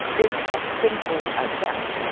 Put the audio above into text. it's as simple as that.